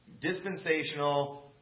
dispensational